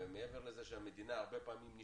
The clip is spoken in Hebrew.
ואני כאן מקבלת את ההערה של